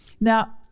Now